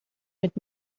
mit